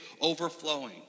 overflowing